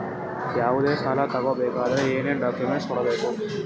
ಯಾವುದೇ ಸಾಲ ತಗೊ ಬೇಕಾದ್ರೆ ಏನೇನ್ ಡಾಕ್ಯೂಮೆಂಟ್ಸ್ ಕೊಡಬೇಕು?